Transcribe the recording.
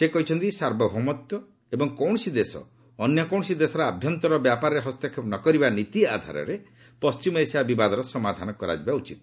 ସେ କହିଛନ୍ତି ସାର୍ବଭୀମତ୍ୱ ଏବଂ କୌଶସି ଦେଶ ଅନ୍ୟ କୌଣସି ଦେଶର ଆଭ୍ୟନ୍ତର ବ୍ୟାପାରରେ ହସ୍ତକ୍ଷେପ ନ କରିବା ନୀତି ଆଧାରରେ ପଶ୍ଚିମ ଏସିଆ ବିବାଦର ସମାଧାନ କରାଯିବା ଉଚିତ